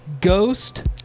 Ghost